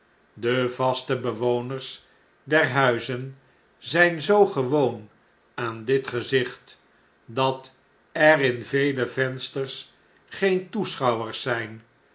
de vaste bewoners der huizen zjjn zoo gewoon aan dit gezicht dat er in vele vensters geen toeschouwers zijn